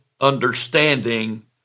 understanding